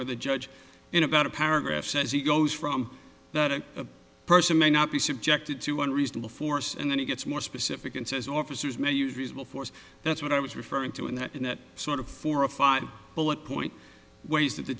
where the judge in about a paragraph says he goes from a person may not be subjected to one reasonable force and then he gets more specific and says officers may use reasonable force that's what i was referring to in that sort of four or five bullet point ways that the